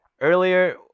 earlier